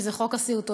שזה "חוק הסרטונים",